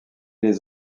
les